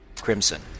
crimson